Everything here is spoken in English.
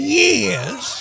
years